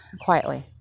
quietly